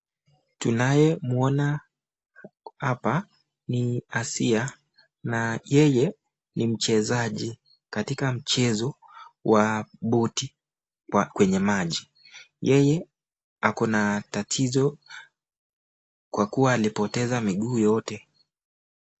Tunaye muona hapa ni Asia na yeye ni mchezaji katika mchezo wa boti kwenye maji. Yeye ako na tatizo kwa kuwa alipoteza miguu yote.